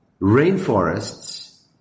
rainforests